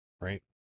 right